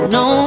no